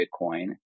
Bitcoin